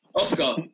Oscar